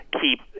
keep